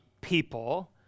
people